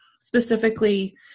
Specifically